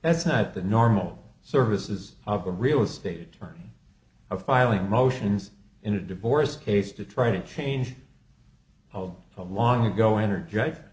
that's not the normal services of a real estate attorney a filing motions in a divorce case to try to change home from long ago energetic